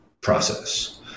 process